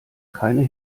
keine